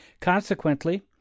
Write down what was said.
Consequently